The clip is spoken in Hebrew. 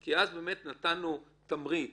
כי אז נתנו תמריץ.